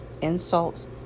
insults